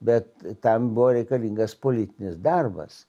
bet tam buvo reikalingas politinis darbas